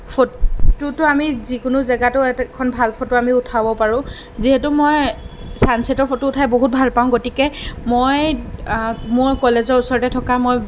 ফটোতো আমি যিকোনো জেগাতো এখন ভাল ফটো আমি উঠাব পাৰোঁ যিহেতু মই ছানছেটৰ ফটো উঠাই বহুত ভাল পাওঁ গতিকে মই মোৰ কলেজৰ ওচৰতে থকা মই